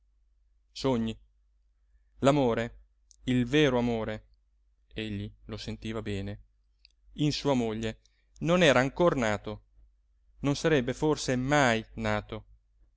l'amore il vero amore egli lo sentiva bene in sua moglie non era ancor nato non sarebbe forse mai nato